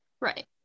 right